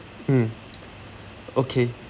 mm okay